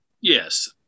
Yes